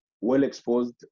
well-exposed